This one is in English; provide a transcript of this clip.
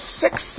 six